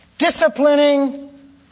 Disciplining